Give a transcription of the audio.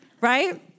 right